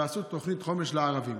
ועשו תוכנית חומש לערבים.